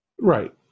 right